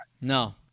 no